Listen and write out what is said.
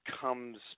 comes